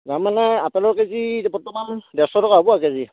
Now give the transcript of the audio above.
দাম মানে আপেলৰ কেজি এতিয়া বৰ্তমান ডেৰশ টকা হ'ব আৰু কেজি